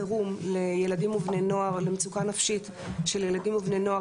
אנחנו שותפים בתוכנית החירום למצוקה נפשית של ילדים ובני נוער,